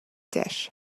dish